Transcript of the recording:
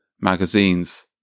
magazines